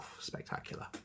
spectacular